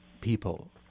people